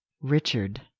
Richard